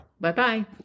Bye-bye